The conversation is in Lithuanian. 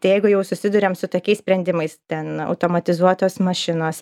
tai jeigu jau susiduriam su tokiais sprendimais ten automatizuotos mašinos